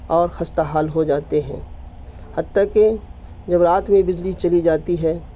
اور خستہ حال ہو جاتے ہیں حتیٰ کہ جب رات میں بجلی چلی جاتی ہے